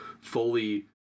fully